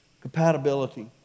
Compatibility